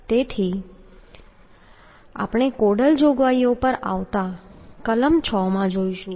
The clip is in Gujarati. તેથી આપણે કોડલ જોગવાઈઓ પર આવતા કલમ 6 માં જોઈશું